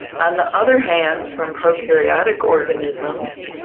on the other hand, from prokaryotic organisms,